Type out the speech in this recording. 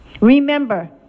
Remember